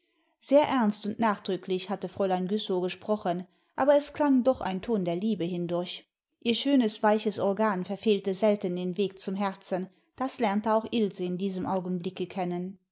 sehr ernst und nachdrücklich hatte fräulein güssow gesprochen aber es klang doch ein ton der liebe hindurch ihr schönes weiches organ verfehlte selten den weg zum herzen das lernte auch ilse in diesem augenblicke kennen